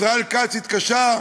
ישראל כץ התקשה,